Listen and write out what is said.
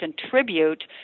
contribute